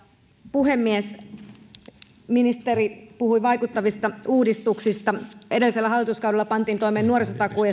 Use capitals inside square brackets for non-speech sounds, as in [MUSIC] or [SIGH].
puhemies ministeri puhui vaikuttavista uudistuksista edellisellä hallituskaudella pantiin toimeen nuorisotakuu [UNINTELLIGIBLE]